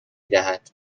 دهد